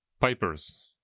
pipers